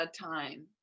time